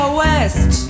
west